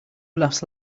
laughs